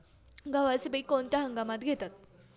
गव्हाचे पीक कोणत्या हंगामात घेतात?